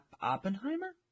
Oppenheimer